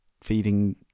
feeding